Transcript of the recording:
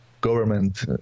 government